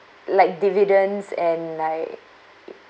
like dividends and like